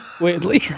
weirdly